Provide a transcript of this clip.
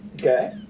Okay